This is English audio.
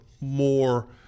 more